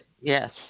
yes